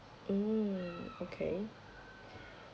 mm okay